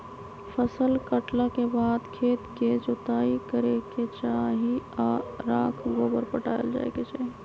फसल काटला के बाद खेत के जोताइ करे के चाही आऽ राख गोबर पटायल जाय के चाही